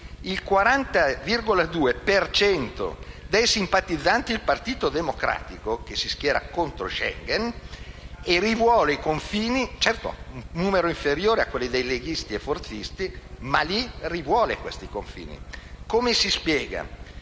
per cento dei simpatizzanti del Partito Democratico che si schiera contro Shengen rivuole i confini. Certo, è un numero inferiore a quello dei leghisti e dei forzisti, ma rivuole i confini. Come si spiega?